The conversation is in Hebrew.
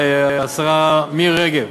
השרה מירי רגב